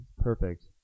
perfect